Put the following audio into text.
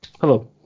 Hello